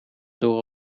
door